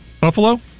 Buffalo